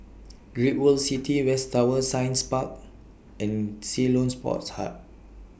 Great World City West Tower Science Park and Ceylon Sports Hub